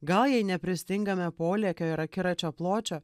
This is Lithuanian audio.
gal jai nepristingame polėkio ir akiračio pločio